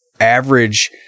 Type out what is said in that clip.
average